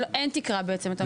אין תקרה, בעצם?